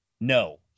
No